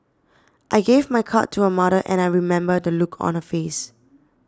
I gave my card to her mother and I remember the look on her face